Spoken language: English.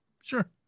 sure